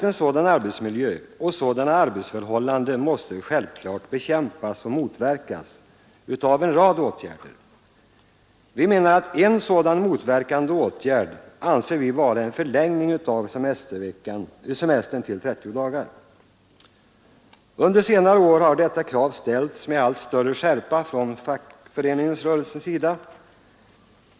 En sådan arbetsmiljö och sådana arbetsförhållanden måste självfallet bekämpas och motverkas av en rad åtgärder. En sådan motverkande åtgärd anser vi vara en förlängning av semestern till 30 dagar. Under senare år har detta krav ställts med allt större skärpa från fackföreningsrörelsens sida.